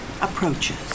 approaches